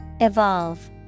Evolve